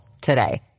today